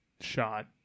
shot